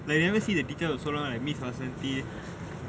like never see the teachers for so long like miss vasanthi